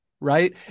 right